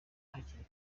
hakiri